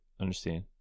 understand